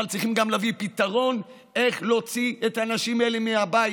אבל גם צריכים להביא פתרון איך להוציא את האנשים האלה מהבית,